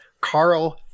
Carl